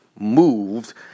moved